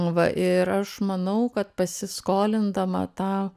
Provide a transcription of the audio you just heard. va ir aš manau kad pasiskolindama tą